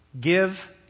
give